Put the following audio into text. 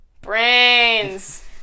Brains